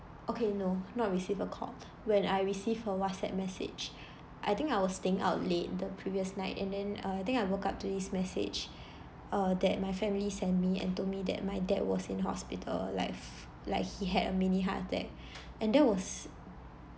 okay no not receive a call when I receive a WhatsApp message I think I was staying out late the previous night and then uh I think I woke up to this message uh that my family send me and told me that my dad was in hospital like like he had a mini heart attack and that was